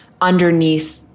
underneath